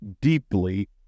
deeply